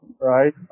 right